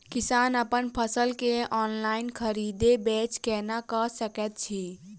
किसान अप्पन फसल केँ ऑनलाइन खरीदै बेच केना कऽ सकैत अछि?